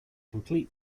complete